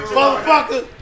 Motherfucker